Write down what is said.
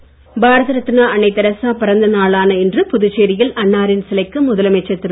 அன்னை தெரசா பாரத ரத்னா அன்னை தெரசா பிறந்த நாளான இன்று புதுச்சேரியில் அன்னாரின் சிலைக்கு முதலமைச்சர் திரு